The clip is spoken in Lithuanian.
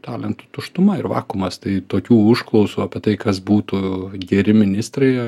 talentų tuštuma ir vakuumas tai tokių užklausų apie tai kas būtų geri ministrai